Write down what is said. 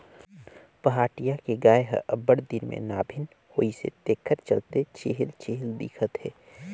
पहाटिया के गाय हर अब्बड़ दिन में गाभिन होइसे तेखर चलते छिहिल छिहिल दिखत हे